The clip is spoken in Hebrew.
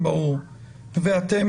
ואתם